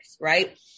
right